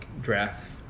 draft